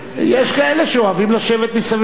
יש כאלה שאוהבים לשבת מסביב לשולחן.